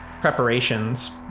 preparations